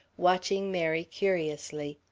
watching mary curiously.